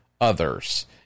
others